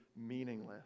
meaningless